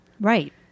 Right